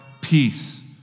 Peace